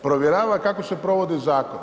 Provjerava kako se provodi zakon.